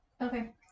Okay